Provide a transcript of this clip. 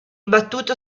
battuto